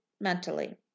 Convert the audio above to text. Mentally